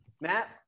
Matt